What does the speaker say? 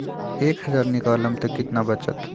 एक हज़ार निकालम त कितना वचत?